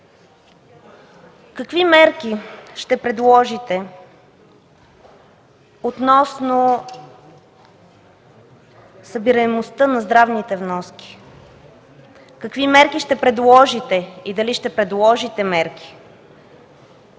какви мерки ще предложите относно събираемостта на здравните вноски? Какви мерки ще предложите и дали ще предложите мерки